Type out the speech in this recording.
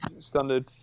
standard